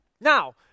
Now